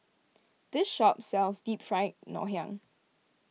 this shop sells Deep Fried Ngoh Hiang